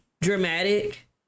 dramatic